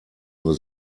nur